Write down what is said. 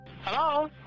Hello